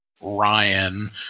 Ryan